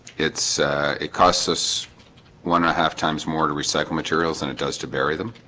it's it costs us one and a half times more to recycle materials than it does to bury them